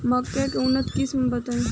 मक्का के उन्नत किस्म बताई?